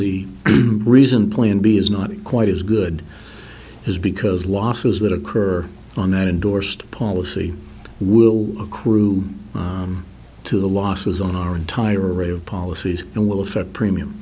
the reason plan b is not quite as good as because losses that occur on that endorsed policy will accrue to the losses on our entire array of policies and will affect premium